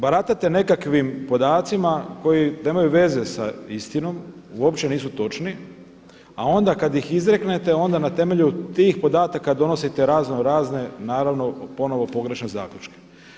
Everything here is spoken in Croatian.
Baratate nekakvim podacima koji nemaju veze sa istinom, uopće nisu točni, a onda kad ih izreknete onda na temelju tih podataka donosite raznorazne naravno ponovo pogrešne zaključke.